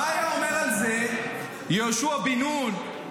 מה היה אומר על זה יהושע בן נון?